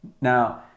Now